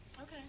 Okay